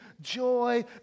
joy